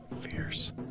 Fierce